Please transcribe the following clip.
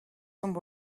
some